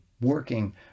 working